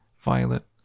Violet